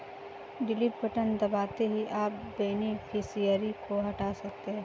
delete button दबाते ही आप बेनिफिशियरी को हटा सकते है